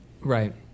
Right